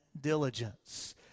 diligence